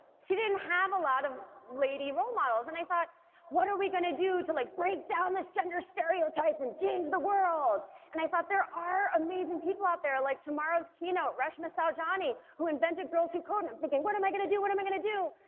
she didn't have a lot of lady role models and i thought what are we gonna do to like break down this gender stereotype and change the world and i thought there are amazing people out there like tomorrow's keynote reshma saujani, who invented girls who code and i'm thinking what am i gonna do what am i gonna do?